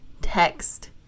text